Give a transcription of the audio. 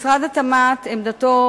משרד התמ"ת, גם עמדתו